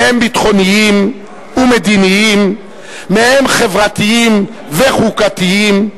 מהם ביטחוניים ומדיניים, מהם חברתיים וחוקתיים.